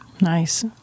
Nice